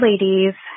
ladies